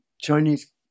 Chinese